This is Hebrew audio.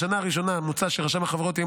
בשנה הראשונה מוצע שרשם החברות יהיה